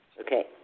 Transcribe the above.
okay